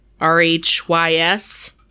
r-h-y-s